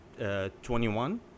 21